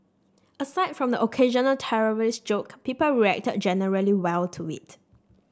aside from the occasional terrorist joke people reacted generally well to it